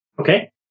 Okay